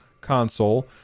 console